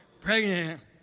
pregnant